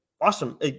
awesome